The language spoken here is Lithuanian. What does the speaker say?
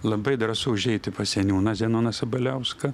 labai drąsu užeiti pas seniūną zenoną sabaliauską